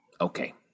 Okay